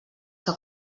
que